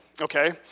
Okay